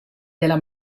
della